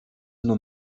nur